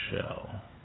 shell